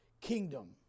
kingdom